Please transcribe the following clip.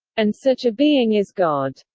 and such a being is god.